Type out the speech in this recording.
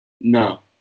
No